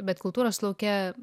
bet kultūros lauke